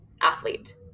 athlete